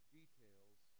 details